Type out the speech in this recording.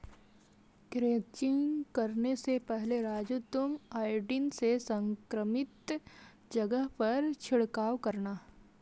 crutching करने से पहले राजू तुम आयोडीन से संक्रमित जगह पर छिड़काव करना